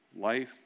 Life